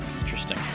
Interesting